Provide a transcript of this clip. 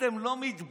אתם לא מתביישים?